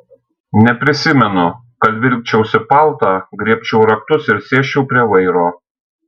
neprisimenu kad vilkčiausi paltą griebčiau raktus ir sėsčiau prie vairo